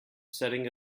setting